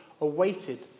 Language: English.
awaited